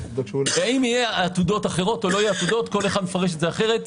אם יהיו עתודות אחרות או לא יהיו - כל אחד מפרש את זה אחרת.